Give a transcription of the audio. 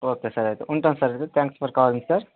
okay sir అయితే ఉంటాను sir thanks for calling sir